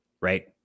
Right